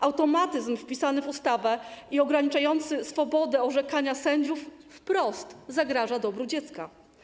Automatyzm wpisany w ustawę i ograniczający swobodę orzekania sędziów wprost zagraża dobru dziecka.